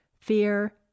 fear